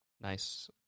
nice